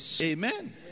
Amen